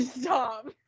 Stop